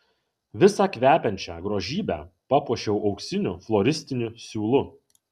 visą kvepiančią grožybę papuošiau auksiniu floristiniu siūlu